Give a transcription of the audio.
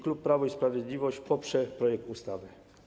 Klub Prawo i Sprawiedliwość poprze projekt ustawy.